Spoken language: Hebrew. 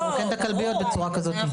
לרוקן את הכלביות בצורה כזאת.